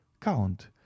count